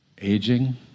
Aging